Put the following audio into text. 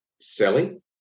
selling